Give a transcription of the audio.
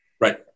Right